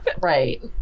right